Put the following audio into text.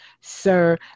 sir